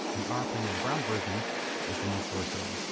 in our opinion, the brown version is the most versatile.